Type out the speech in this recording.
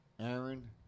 Aaron